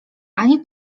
ani